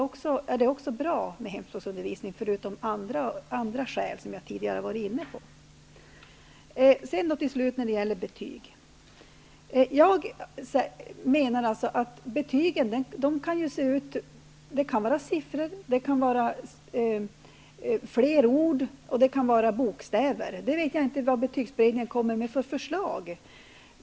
Också av den anledningen -- förutom av de andra skäl som jag tidigare har varit inne på -- är det bra med hemspråksundervisning. När det gäller betyg menar jag att de kan se ut hur som helst. De kan bestå av siffror, av fler ord eller av bokstäver. Jag vet inte vad betygsberedningen kommer med för förslag.